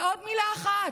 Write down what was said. ועוד מילה אחת: